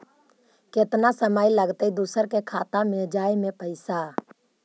केतना समय लगतैय दुसर के खाता में जाय में पैसा?